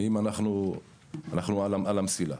אנחנו על המסילה.